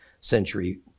century